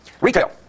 retail